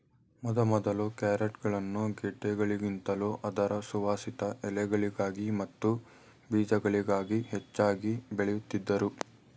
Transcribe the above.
ಮೊದಮೊದಲು ಕ್ಯಾರೆಟ್ಗಳನ್ನು ಗೆಡ್ಡೆಗಳಿಗಿಂತಲೂ ಅದರ ಸುವಾಸಿತ ಎಲೆಗಳಿಗಾಗಿ ಮತ್ತು ಬೀಜಗಳಿಗಾಗಿ ಹೆಚ್ಚಾಗಿ ಬೆಳೆಯುತ್ತಿದ್ದರು